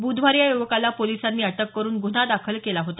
ब्धवारी या युवकाला पोलिसांनी अटक करुन गुन्हा दाखल केला होता